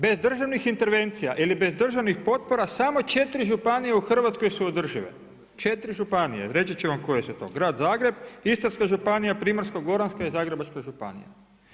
Bez državnih intervencija ili bez državnih potpora samo četiri županije u Hrvatskoj su održive, četiri županije, reći ću vam koje su to Grad Zagreb, Istarska županija, Primorsko-goranska i Zagrebačka županija.